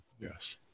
Yes